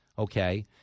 Okay